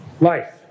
life